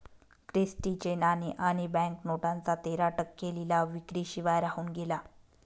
Christie चे नाणे आणि बँक नोटांचा तेरा टक्के लिलाव विक्री शिवाय राहून गेला